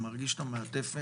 אתה מרגיש את המעטפת,